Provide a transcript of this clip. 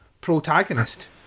protagonist